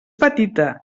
petita